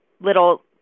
little